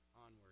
onward